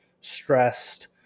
stressed